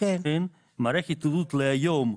מערכת איתות להיום,